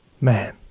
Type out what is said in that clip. Man